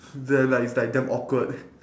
then like it's like damn awkward